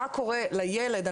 מה קורה לילד,